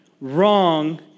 wrong